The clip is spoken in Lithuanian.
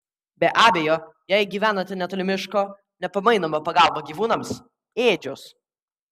be abejo jei gyvenate netoli miško nepamainoma pagalba gyvūnams ėdžios